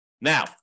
Now